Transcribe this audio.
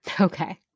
Okay